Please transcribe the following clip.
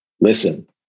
listen